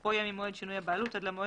שתוקפו יהיה ממועד שינוי הבעלות עד למועד